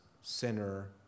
sinner